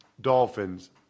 Dolphins